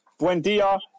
Buendia